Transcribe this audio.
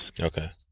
Okay